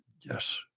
Yes